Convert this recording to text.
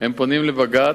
הם פונים לבג"ץ.